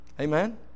Amen